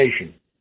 education